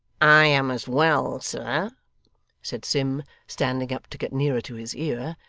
i am as well, sir said sim, standing up to get nearer to his ear,